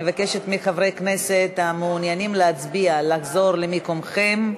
אני מבקשת מחברי הכנסת המעוניינים להצביע לחזור למקומם.